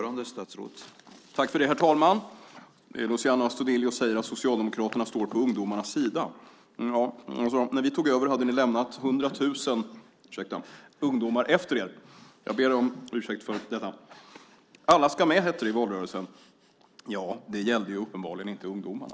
Herr talman! Luciano Astudillo säger att Socialdemokraterna står på ungdomarnas sida. När vi tog över hade ni lämnat 100 000 ungdomar efter er. Alla ska med, hette det i valrörelsen. Det gällde uppenbarligen inte ungdomarna.